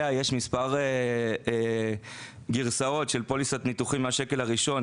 יש מספר גרסאות של פוליסת ניתוחים מהשקל הראשון,